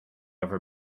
over